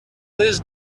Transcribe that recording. his